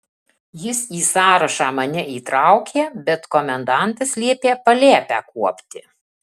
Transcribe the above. jis į sąrašą mane įtraukė bet komendantas liepė palėpę kuopti